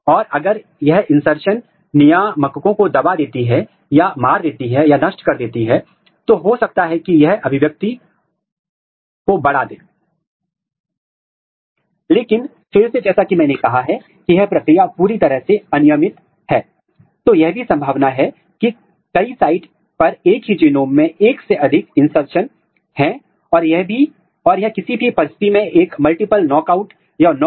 यदि आप transcriptional start site से 3 Kb अपस्ट्रीम सीक्वेंस ले रहे हैं तो हमें मान लें और इसे क्लोन कर लें और आपको एक एक्सप्रेशन पैटर्न दिखाई देगा लेकिन यदि आप इसे वेरिफाई करना चाहते हैं या यदि आप यह सुनिश्चित करना चाहते हैं कि वास्तव में यह प्रमोटर एक्टिविटी है आपको यह विश्लेषण इन सीटू संकरण के साथ मिलकर करना होगा